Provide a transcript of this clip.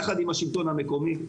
יחד עם השלטון המקומי,